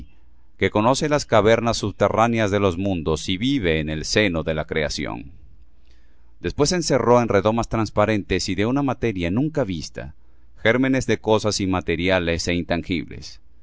que conoce todas las cavernas subterráneas de las mundos y vive en el seno de la creación después encerró en redomas trasparentes y de una materia nunca vista gérmenes de cosas inmateriales é intangibles